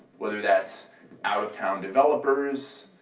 whether that's out-of-town developers,